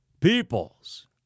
peoples